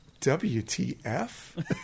WTF